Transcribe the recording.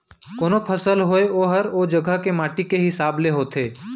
कोनों फसल होय ओहर ओ जघा के माटी के हिसाब ले होथे